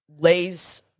Lays